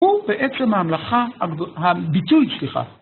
הוא בעצם המלאכה, הביטוי, סליחה.